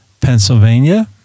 Pennsylvania